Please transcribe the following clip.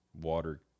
water